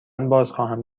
بازخواهم